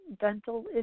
dental